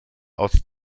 aus